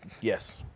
yes